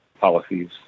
policies